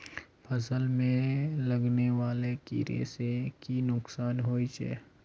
फसल में लगने वाले कीड़े से की नुकसान होचे?